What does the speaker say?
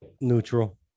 Neutral